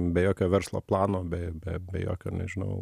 be jokio verslo plano be be be jokio nežinau